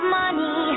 money